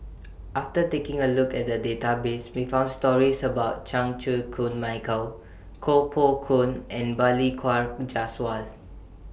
after taking A Look At The Database We found stories about Chan Chew Koon Michael Koh Poh Koon and Balli Kaur Jaswal